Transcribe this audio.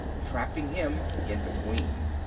trapping him in between.